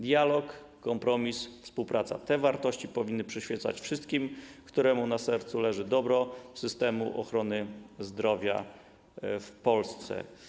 Dialog, kompromis, współpraca - te wartości powinny przyświecać wszystkim, którym na sercu leży dobro systemu ochrony zdrowia w Polsce.